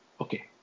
Okay